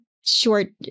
short